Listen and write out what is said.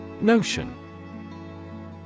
Notion